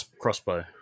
crossbow